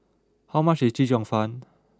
how much is Chee Cheong Fun